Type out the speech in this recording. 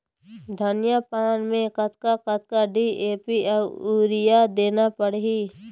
धनिया पान मे कतक कतक डी.ए.पी अऊ यूरिया देना पड़ही?